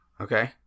okay